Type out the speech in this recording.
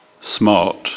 smart